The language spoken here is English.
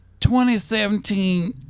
2017